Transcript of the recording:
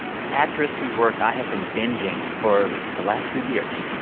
an actress whose work i have been bingeing for the last few years,